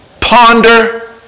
ponder